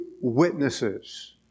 witnesses